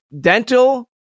dental